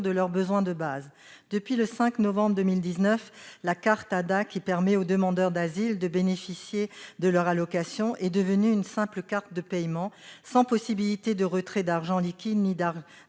de leurs besoins de base. Depuis le 5 novembre 2019, la carte ADA, qui permet aux demandeurs d'asile de bénéficier de l'allocation pour demandeur d'asile (ADA), est devenue une simple carte de paiement sans possibilité de retrait d'argent liquide ni d'achat